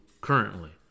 currently